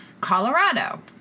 Colorado